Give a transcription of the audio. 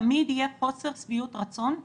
תמיד יהיה חוסר שביעות רצון.